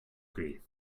grief